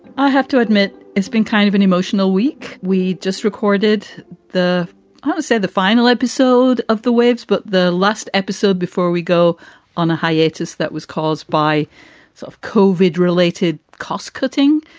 i have to admit, it's been kind of an emotional week. we just recorded the oh said the final episode of the waves, but the last episode before we go on a hiatus that was caused by so co vid related cost cutting.